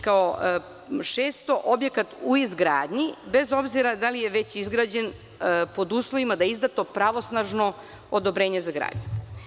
Kao šesto, objekat u izgradnji bez obzira da li je već izgrađen, pod uslovima da je izdato pravosnažno odobrenje za gradnju.